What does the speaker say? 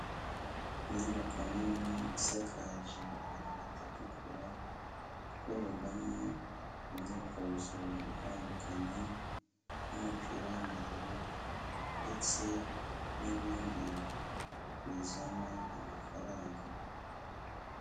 Inyubako nini isakaje amabati atukura, ikorerwamo imyitozo itandukanye, nk'umupira w'amaguru ndetse n'ibindi bizana amafaranga.